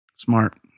Smart